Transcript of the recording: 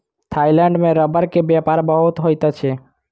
Thailand में रबड़ के व्यापार बहुत होइत अछि